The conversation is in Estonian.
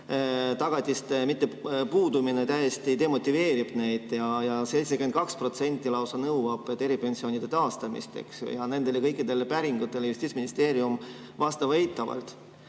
tagatiste puudumine täiesti demotiveerib neid, ja 72% lausa nõuab eripensionide taastamist. Nendele kõikidele päringutele vastab Justiitsministeerium eitavalt.